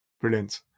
Brilliant